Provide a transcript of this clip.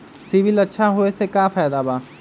CIBIL अच्छा होऐ से का फायदा बा?